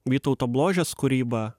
vytauto bložės kūryba